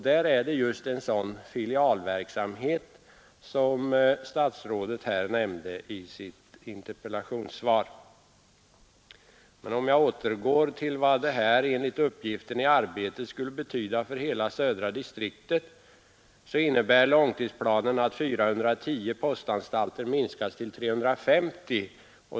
Där är det just en sådan filialverksamhet som statsrådet nämnde i sitt interpellationssvar. För att återgå till vad detta enligt uppgift i Arbetet skulle betyda för hela södra distriktet så innebär långtidsplanen att 410 postanstalter minskas till 350.